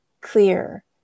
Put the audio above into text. clear